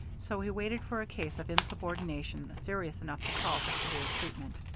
so he waited for a case of insubordination serious enough to call for severe treatment.